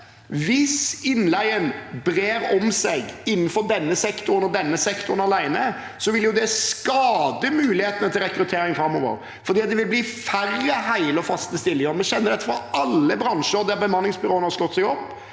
Hvis innleien brer om seg innenfor denne sektoren og denne sektoren alene, vil det skade mulighetene til rekruttering framover, for da vil det bli færre hele og faste stillinger. Vi kjenner til dette fra alle bransjer der bemanningsbyråene har slått seg opp.